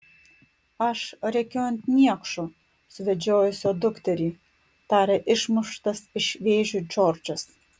aš rėkiu ant niekšo suvedžiojusio dukterį tarė išmuštas iš vėžių džordžas